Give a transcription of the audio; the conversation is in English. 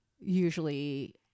usually